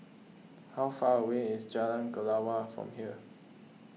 how far away is Jalan Kelawar from here